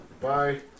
Bye